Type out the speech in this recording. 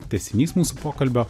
tęsinys mūsų pokalbio